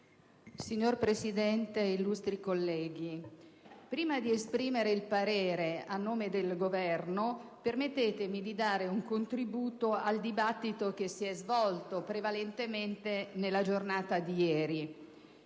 Signor Presidente, illustri colleghi, prima di esprimere il parere a nome del Governo, permettetemi di dare un contributo al dibattito avviato nella giornata di ieri.